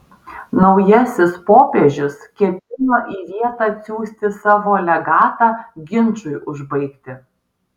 naujasis popiežius ketino į vietą atsiųsti savo legatą ginčui užbaigti